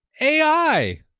AI